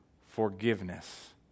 forgiveness